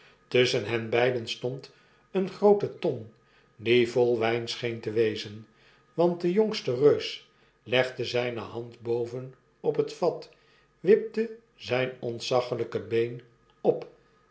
tusschen hen beiden stond eene groote ton die vol wgn scheen te wezen want de jongste reus legde zgne hand boven op het vat wipte zgn ontzaggelgk been op